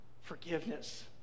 Forgiveness